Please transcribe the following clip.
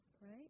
right